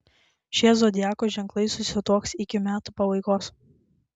šie zodiako ženklai susituoks iki metų pabaigos